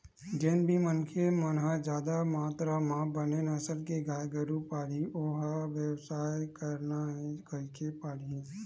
जेन भी मनखे मन ह जादा मातरा म बने नसल के गाय गरु पालही ओ ह बेवसायच करना हे कहिके पालही